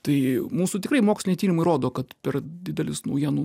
tai mūsų tikrai moksliniai tyrimai rodo kad per didelis naujienų